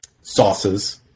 sauces